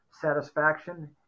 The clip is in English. satisfaction